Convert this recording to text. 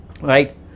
Right